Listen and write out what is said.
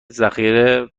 ذخیره